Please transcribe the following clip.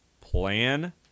plan